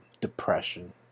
depression